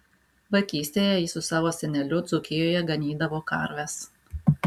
vaikystėje jis su savo seneliu dzūkijoje ganydavo karves